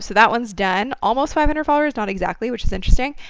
so that one's done almost five hundred followers, not exactly, which is interesting.